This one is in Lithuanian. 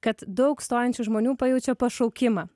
kad daug stojančių žmonių pajaučia pašaukimą